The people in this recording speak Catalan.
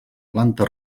planta